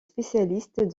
spécialiste